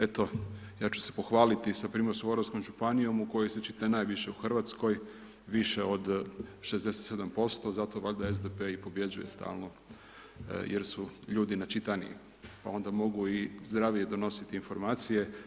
Eto ja ću se pohvaliti sa Primorsko-goranskom županijom u kojoj se čita najviše u Hrvatskoj, više od 67% zato valjda SDP i pobjeđuje stalno jer su ljudi načitaniji pa onda mogu i zdravije donositi informacije.